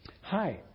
Hi